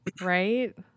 right